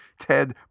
Ted